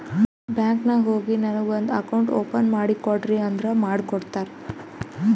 bank ನಾಗ್ ಹೋಗಿ ನನಗ ಒಂದ್ ಅಕೌಂಟ್ ಓಪನ್ ಮಾಡಿ ಕೊಡ್ರಿ ಅಂದುರ್ ಮಾಡ್ಕೊಡ್ತಾರ್